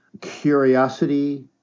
Curiosity